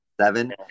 seven